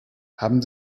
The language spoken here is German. haben